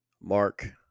Mark